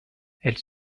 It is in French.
elle